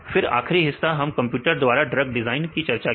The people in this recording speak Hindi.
फिर आखरी हिस्सा हम कंप्यूटर द्वारा ड्रग डिजाइन की चर्चा की